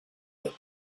bec